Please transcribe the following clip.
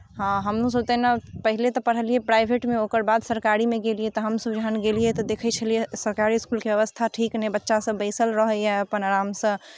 हँ हमहूँसभ तहिना पहिले तऽ पढ़लियै प्राइभेटमे ओकर बाद सरकारीमे गेलियै तऽ हमसभ जखन गेलियै तऽ देखै छलियै सरकारी इस्कुलके व्यवस्था ठीक नहि बच्चासभ बैसल रहैए अपन आरामसँ